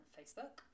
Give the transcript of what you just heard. Facebook